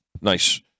nice